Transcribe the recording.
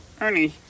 Ernie